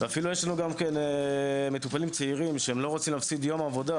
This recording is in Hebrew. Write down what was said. ויש מטופלים צעירים שלא רוצים להפסיד יום עבודה